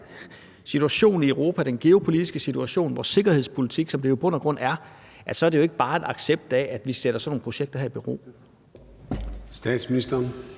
situationen i Europa, den geopolitiske situation, vores sikkerhedspolitik, som det jo i bund og grund er, så er det ikke bare en accept af, at vi sætter sådan nogle projekter her i bero. Kl.